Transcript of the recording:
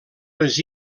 les